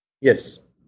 Yes